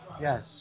Yes